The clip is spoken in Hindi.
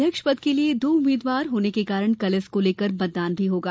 अध्यक्ष पद के लिए दो उम्मीदवार होने के कारण कल इसको लेकर मतदान भी होगा